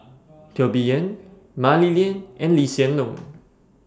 Teo Bee Yen Mah Li Lian and Lee Hsien Loong